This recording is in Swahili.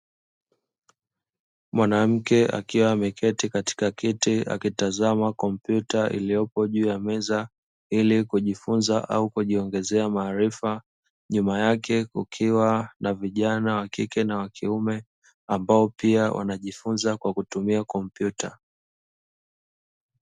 Mwanamke akiwa ameketi katika kiti akitazama kompyuta iliyopo juu ya meza ili kujifunza au kujiongezea maarifa, nyuma yake kukiwa na vijana wakike na wakiume ambao pia wanajifunza kwa kutumia kompyuta.